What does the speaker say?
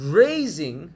raising